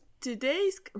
Today's